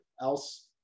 else